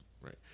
Right